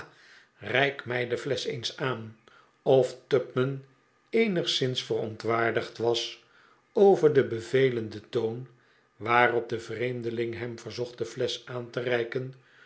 reik mij de flesch eens aan of tupman eenigszins verontwaardigd was over den bevelenden toon waarop de vreemdeling hem verzocht de flesch aan te reiken